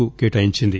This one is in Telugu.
కు కేటాయించింది